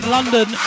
London